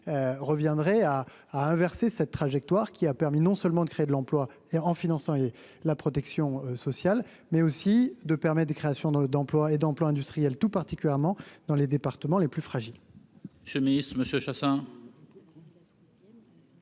reviendrait à à inverser cette trajectoire qui a permis non seulement de créer de l'emploi et en finançant la protection sociale, mais aussi de permet des créations d'emplois et d'emplois industriels, tout particulièrement dans les départements les plus fragiles.